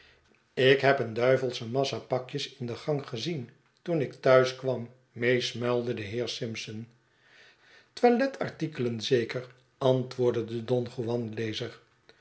ik neb een duivelsche massa pakjes in den gang gezien toen ik thuis kwam meesmuilde de heer simpson toiletartikelen zeker antwoordde de don juanlezer